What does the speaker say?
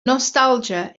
nostalgia